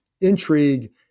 intrigue